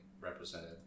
represented